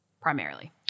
primarily